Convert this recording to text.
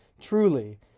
truly